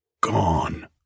gone